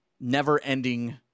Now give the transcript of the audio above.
never-ending